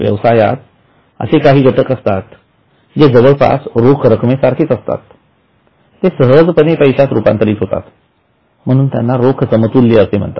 व्यवसायात असे काही घटक असतात जे जवळपास रोखरक्कमे सारखेच असतात ते सहजपणे पैश्यात रूपांतरित होतात म्हणून त्यांना रोख समतुल्य असे म्हणतात